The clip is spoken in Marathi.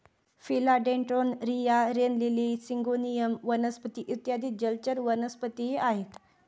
फिला डेन्ड्रोन, रिया, रेन लिली, सिंगोनियम वनस्पती इत्यादी जलचर वनस्पतीही आहेत